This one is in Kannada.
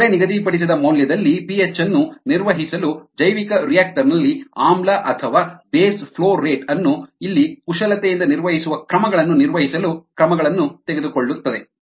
ಮೊದಲೇ ನಿಗದಿಪಡಿಸಿದ ಮೌಲ್ಯದಲ್ಲಿ ಪಿಹೆಚ್ ಅನ್ನು ನಿರ್ವಹಿಸಲು ಜೈವಿಕರಿಯಾಕ್ಟರ್ ನಲ್ಲಿ ಆಮ್ಲ ಅಥವಾ ಬೇಸ್ ಫ್ಲೋ ರೇಟ್ ಅನ್ನು ಇಲ್ಲಿ ಕುಶಲತೆಯಿಂದ ನಿರ್ವಹಿಸುವ ಕ್ರಮಗಳನ್ನು ನಿರ್ವಹಿಸಲು ಕ್ರಮಗಳನ್ನು ತೆಗೆದುಕೊಳ್ಳಲಾಗುತ್ತದೆ